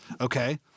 Okay